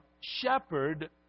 shepherd